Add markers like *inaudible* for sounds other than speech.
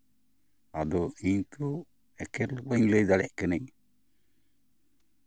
ᱟᱫᱚ ᱤᱧ ᱛᱚ ᱮᱠᱟᱞ ᱵᱟᱹᱧ ᱞᱟᱹᱭ ᱫᱟᱲᱮᱭᱟᱜ ᱠᱟᱹᱱᱟᱹᱧ *unintelligible*